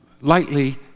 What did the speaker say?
lightly